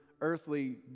earthly